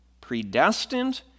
predestined